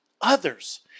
others